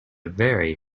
very